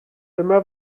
dyma